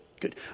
Good